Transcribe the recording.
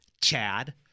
Chad